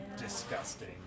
disgusting